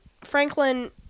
Franklin